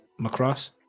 Macross